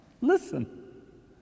listen